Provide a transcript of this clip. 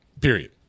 Period